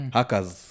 Hackers